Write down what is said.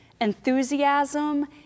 enthusiasm